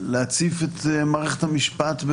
אפשר להציף את מערכת המשפט,